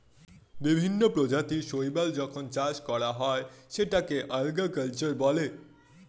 বিভিন্ন প্রজাতির শৈবাল যখন চাষ করা হয় সেটাকে আল্গা কালচার বলে